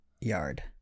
yard